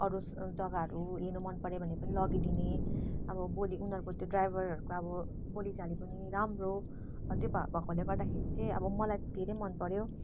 अरू जग्गाहरू हेर्नु मनपऱ्यो भने पनि लगिदिने अब बोली उनीहरूको त्यो ड्राइभरहरूको अब बोलीचाली पनि राम्रो अब त्यो भएकोले गर्दाखेरि चाहिँ अब मलाई चाहिँ धेरै मनपऱ्यो